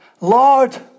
Lord